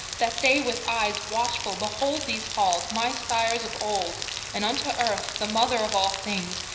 that they with eyes watchful behold these halls, my sire's of old and unto earth, the mother of all things,